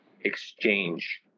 exchange